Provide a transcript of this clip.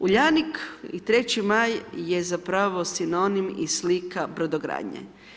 Uljanik i Trći maj je zapravo sinonim i slika brodogradnje.